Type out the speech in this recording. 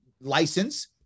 license